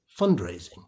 fundraising